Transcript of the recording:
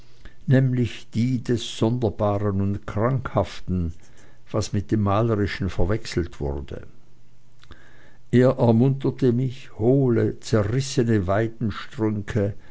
nämlich die des sonderbaren und krankhaften was mit dem malerischen verwechselt wurde er ermunterte mich hohle zerrissene